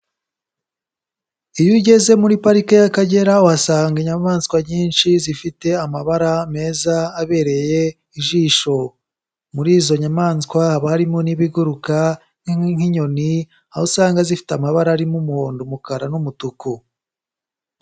Iyo ugeze muri parike y'Akagera, uhasanga inyamaswa nyinshi zifite amabara meza, abereye ijisho. Muri izo nyamaswa haba harimo n'ibiguruka nk'inyoni, aho usanga zifite amabara arimo umuhondo, umukara n'umutuku.